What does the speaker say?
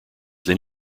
then